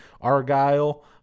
Argyle